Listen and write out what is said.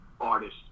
artist